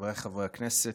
חבריי חברי הכנסת,